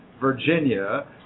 Virginia